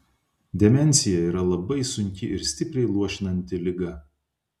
demencija yra labai sunki ir stipriai luošinanti liga